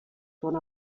gone